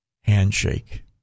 handshake